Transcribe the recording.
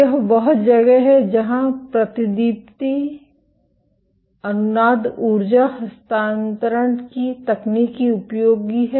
यह वह जगह है जहाँ प्रतिदीप्ति अनुनाद ऊर्जा हस्तांतरण की तकनीक उपयोगी है